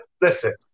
Listen